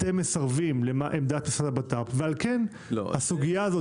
אתם מסרבים לעמדת המשרד לביטחון פנים ועל כן הסוגייה הזאת